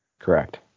Correct